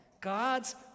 God's